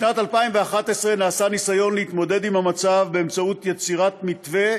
בשנת 2011 נעשה ניסיון להתמודד עם המצב באמצעות יצירת מתווה